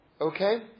Okay